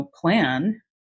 plan